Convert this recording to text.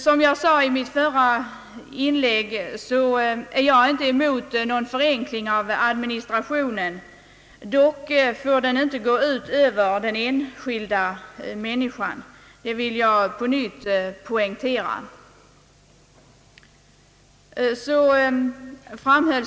Som jag sade i mitt förra inlägg motsätter jag mig inte alls en förenkling av administrationen, men den saken får inte gå ut över den enskilda människan. Det vill jag på nytt poängtera.